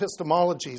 epistemologies